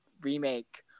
remake